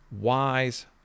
wise